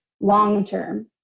long-term